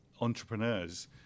entrepreneurs